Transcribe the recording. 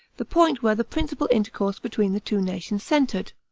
the point where the principal intercourse between the two nations centered.